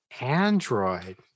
Android